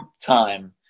time